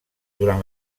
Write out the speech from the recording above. durant